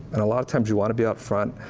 and a lot of times, you want to be up front,